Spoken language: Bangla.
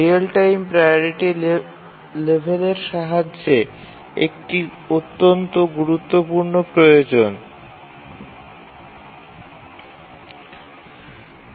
রিয়েল টাইম প্রাওরিটি লেভেল অন্যতম একটি গুরুত্বপূর্ণ অংশ